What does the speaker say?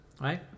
right